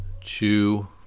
Chew